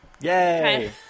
Yay